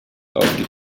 auf